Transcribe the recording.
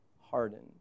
hardened